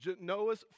Noah's